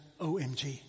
OMG